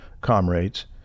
comrades